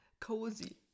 cozy